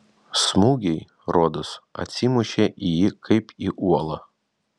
smūgiai rodos atsimušė į jį kaip į uolą